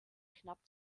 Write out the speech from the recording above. knapp